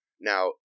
Now